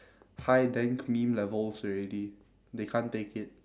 high dank meme levels already they can't take it